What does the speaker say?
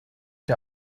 der